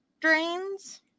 drains